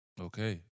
Okay